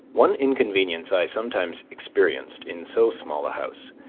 one inconvenience i sometimes experienced in so small a house,